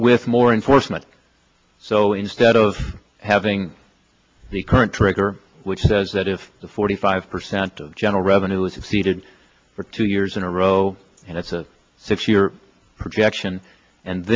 with more enforcement so instead of having the current trigger which says that if the forty five percent of general revenue is exceeded for two years in a row and it's a six year projection and